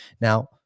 now